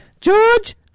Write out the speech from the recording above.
George